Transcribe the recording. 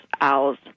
owls